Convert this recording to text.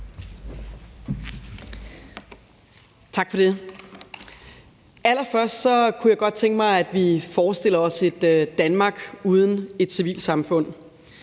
Tak for det. Allerførst kunne jeg godt tænke mig, at vi forestiller os et Danmark uden et civilsamfund,